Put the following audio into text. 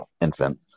infant